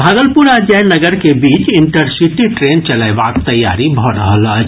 भागलपुर आ जयनगर के बीच इंटरसिटी ट्रेन चलएबाक तैयारी भऽ रहल अछि